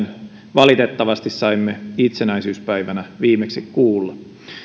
valitettavasti saimme itsenäisyyspäivänä viimeksi kuulla